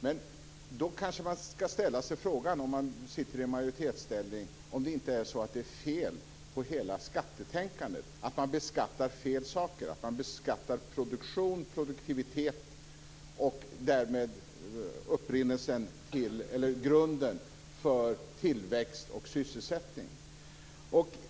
Men då kanske man skall ställa sig frågan, om man sitter i en majoritetsställning, om det inte är så att det är fel på hela skattetänkandet, att man beskattar fel saker, att man beskattar produktion och produktivitet och därmed grunden för tillväxt och sysselsättning.